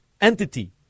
entity